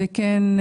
כן,